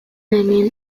hemen